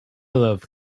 love